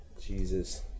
Jesus